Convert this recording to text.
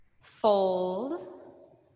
fold